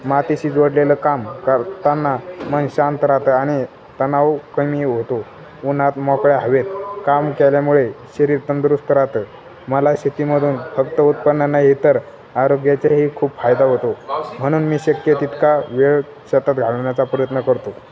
मातीशी जोडलेलं काम करताना मन शांत राहतं आणि तनाव कमी होतो उन्हात मोकळ्या हवेत काम केल्यामुळे शरीर तंदुरुस्त राहतं मला शेतीमधून फक्त उत्पन्न नाही तर आरोग्याचेही खूप फायदा होतो म्हणून मी शक्य तितका वेळ शेतात घालवण्या्चा प्रयत्न करतो